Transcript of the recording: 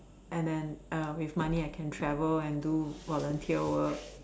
and then with money I can travel and do volunteer work